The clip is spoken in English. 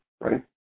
right